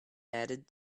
added